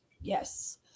Yes